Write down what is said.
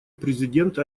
президент